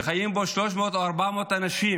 שחיים בו 300 או 400 אנשים,